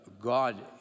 God